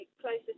closest